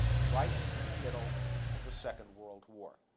right in the middle of the second world war.